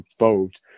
involved